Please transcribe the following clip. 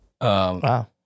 wow